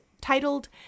titled